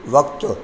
वक़्तु